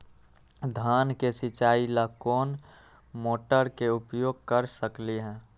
धान के सिचाई ला कोंन मोटर के उपयोग कर सकली ह?